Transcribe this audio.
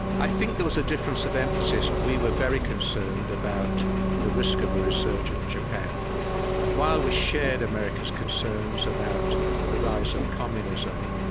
i think there was a difference of emphasis. we were very concerned about the risk of a resurgent japan and while we shared america's concerns about the rise of communism,